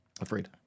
afraid